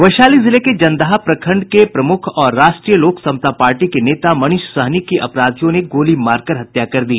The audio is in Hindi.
वैशाली जिले के जनदहा प्रखंड के प्रमुख और राष्ट्रीय लोक समता पार्टी के नेता मनीष सहनी की अपराधियों ने गोली मारकर हत्या कर दी